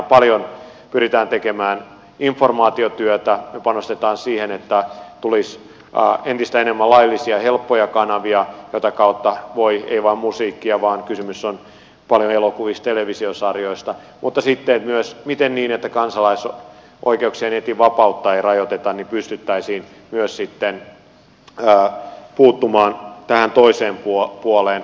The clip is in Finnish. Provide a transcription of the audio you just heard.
me pyrimme tekemään paljon informaatiotyötä me panostamme siihen että tulisi entistä enemmän laillisia helppoja kanavia joiden kautta voi ladata ei vain musiikkia vaan kysymys on paljolti elokuvista televisiosarjoista mutta sitten myös siihen miten niin että kansalaisoikeuksia ja netin vapautta ei rajoiteta pystyttäisiin myös sitten puuttumaan tähän toiseen puoleen